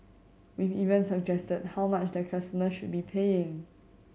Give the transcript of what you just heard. we've even suggested how much their customer should be paying